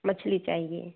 मछली चाहिए